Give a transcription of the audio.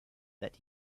that